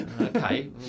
Okay